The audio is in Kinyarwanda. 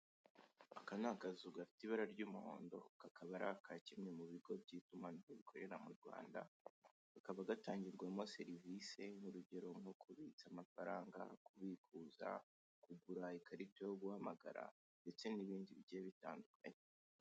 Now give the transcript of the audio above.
Aka ni akazu gafite ibara ry'umuhondo kakaba ari aka kwimwe mubigo byitumanaho rikorera mu rwanda kakaba gatangirwamo serivise nkurugero nko kubitsa amafaranga kubikuza kugura ikarita yo guhamagara ndetse n'ibindi bigiye bitandukanye.